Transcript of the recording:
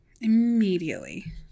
Immediately